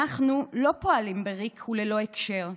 אנחנו לא פועלים בריק וללא הקשר,